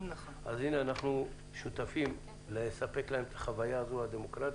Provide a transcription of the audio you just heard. אז הינה אנחנו שותפים לספק להם את החוויה הדמוקרטית,